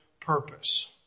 purpose